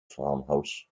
farmhouse